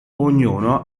ognuno